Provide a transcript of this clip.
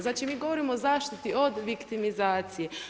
Znači mi govorimo o zaštiti od viktimizacije.